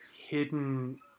hidden